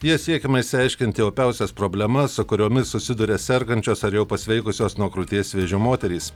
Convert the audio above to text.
ja siekiama išsiaiškinti opiausias problemas su kuriomis susiduria sergančios ar jau pasveikusios nuo krūties vėžio moterys